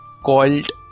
called